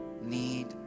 need